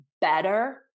better